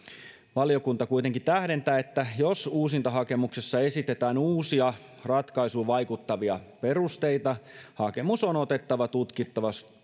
valiokunta kuitenkin tähdentää että jos uusintahakemuksessa esitetään uusia ratkaisuun vaikuttavia perusteita hakemus on otettava tutkittavaksi